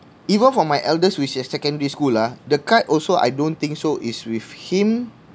even for my eldest which is in secondary school ah the card also I don't think so is with him